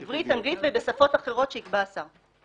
עברית, אנגלית ובשפות אחרות שיקבע השר.